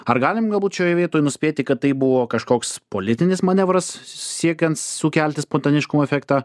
ar galim galbūt šioje vietoj nuspėti kad tai buvo kažkoks politinis manevras siekiant sukelti spontaniškumo efektą